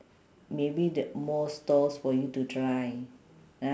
maybe ther~ more stalls for you to try ah